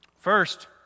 First